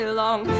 long